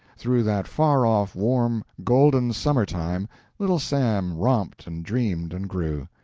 through that far-off, warm, golden summer-time little sam romped and dreamed and grew.